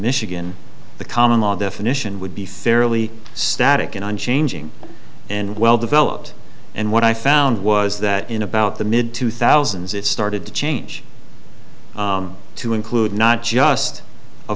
michigan the common law definition would be fairly static unchanging and well developed and what i found was that in about the mid two thousand is it started to change to include not just a